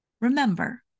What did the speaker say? Remember